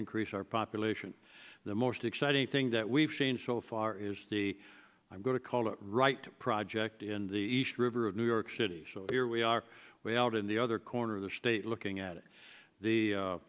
increase our population the most exciting thing that we've changed so far is the i'm going to call the right project in the east river of new york city here we are way out in the other corner of the state looking at it the